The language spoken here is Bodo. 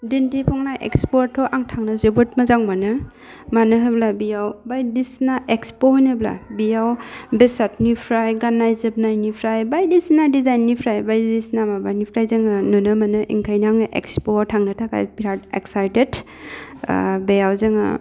दिन्थिफुंनाय इक्सप'वावथ' आं थांनो जोबोद मोजां मोनो मानो होनब्ला बेयाव बायदिसिना इक्सप' होनोब्ला बेयाव बेसादनिफ्राय गान्नाय जोमनायनिफ्राय बायदिसिना डिजाइनिफ्राय बायदिसिना माबानिफ्राय जोङो नुनो मोनो ओंखायनो आङो इक्सप'वाव थांनो थाखाय बेराद इकसाइटेट आह बेयाव जोङो